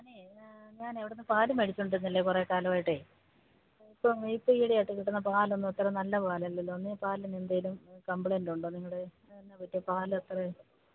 ആ ഞാനേ ഞാനേ അവിടുന്ന് പാലുമേടിച്ചുകൊണ്ടിരുന്നില്ലേ കുറേ കാലമായിട്ടേ ഇപ്പം ഇപ്പോ ഈയിടെയായിട്ട് കിട്ടുന്ന പാലൊന്നും അത്ര നല്ല പാലല്ലല്ലോന്നെ പാലിന് എന്തെങ്കിലും കംപ്ലയിന്റ് ഉണ്ടോ നിങ്ങളുടെ അതെന്നാ പറ്റിയെ പാലത്ര